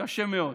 קשה מאוד.